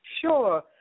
Sure